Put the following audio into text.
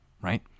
right